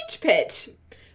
Pit